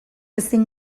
ezin